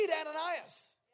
Ananias